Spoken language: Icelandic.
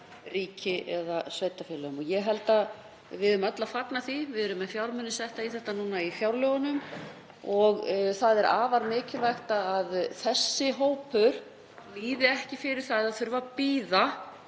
ríki eða sveitarfélögum. Ég held að við eigum öll að fagna því. Við erum með fjármuni setta í þetta núna í fjárlögum og það er afar mikilvægt að þessi hópur líði ekki fyrir það eða þurfi að bíða